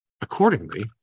Accordingly